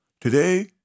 today